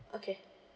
okay